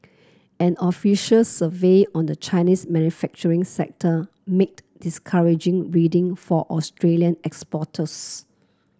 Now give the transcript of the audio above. an official survey on the Chinese manufacturing sector made discouraging reading for Australian exporters